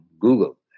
Google